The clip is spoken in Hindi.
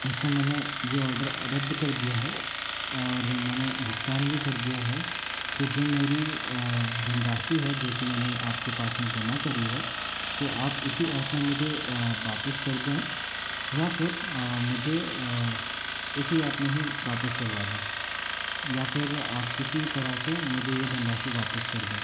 इसको मैंने यह आर्डर रद्द कर दिया है और मैंने भुगतान भी कर दिया है तो जो मेरी धनराशि है जो कि मैंने आपके पास में जमा करी है तो आप इसी ऐप में मुझे वापस कर दें या फिर मुझे इसी ऐप में ही वापस करवा दें या फिर आप किसी तरह से मुझे यह धनराशि वापस कर दें